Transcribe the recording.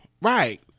right